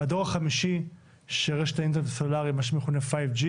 הדור החמישי של רשת האינטרנט הסלולרי מה שמכונה 5G,